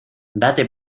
date